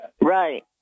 Right